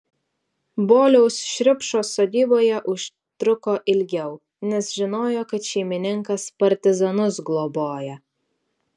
boliaus šriupšos sodyboje užtruko ilgiau nes žinojo kad šeimininkas partizanus globoja